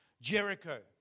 Jericho